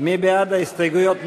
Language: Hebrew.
מי בעד ההסתייגויות?